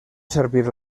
servir